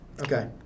Okay